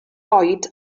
oed